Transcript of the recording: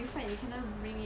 ya ya ya